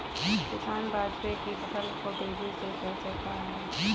किसान बाजरे की फसल को तेजी से कैसे बढ़ाएँ?